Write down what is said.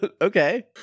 Okay